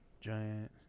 Giant